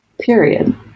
period